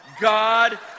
God